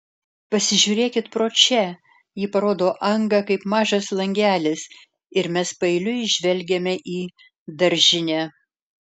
pasižiūrėkit pro čia ji parodo angą kaip mažas langelis ir mes paeiliui žvelgiame į daržinę